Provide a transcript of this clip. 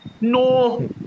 No